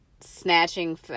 snatching